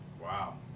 Wow